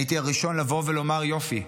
הייתי הראשון לבוא ולומר: יופי,